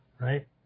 Right